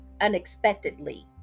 unexpectedly